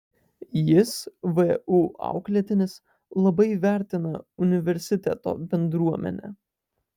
jis vu auklėtinis labai vertina universiteto bendruomenę